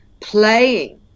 playing